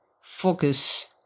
focus